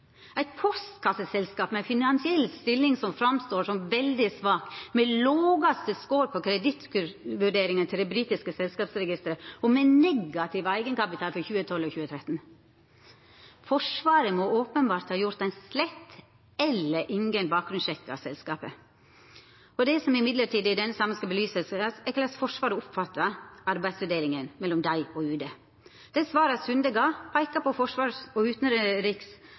eit postkasseselskap – eit postkasseselskap med ei finansiell stilling som framstår som veldig svak, med lågaste score på kredittvurderinga til det britiske selskapsregisteret og med negativ eigenkapital for 2012 og 2013. Forsvaret må openbert ha gjort ein slett eller ingen bakgrunnssjekk av selskapet. Men det som i denne samanhengen skal belysast, er korleis Forsvaret oppfattar arbeidsfordelinga mellom seg og Utanriksdepartementet. Dei svara Sunde gav, peika på Forsvarsdepartementet og Utanriksdepartementet som ansvarlege for å undersøkja selskapet, men at Utanriksdepartementet er dei